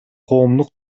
коомдук